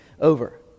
over